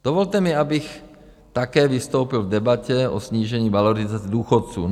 Dovolte mi, abych také vystoupil v debatě o snížení valorizace důchodů.